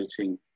18